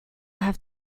have